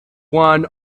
one